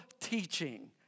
teaching